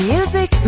Music